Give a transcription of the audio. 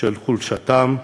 של חולשתם,